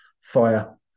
fire